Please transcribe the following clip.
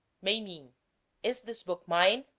may mean is this book mine?